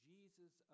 Jesus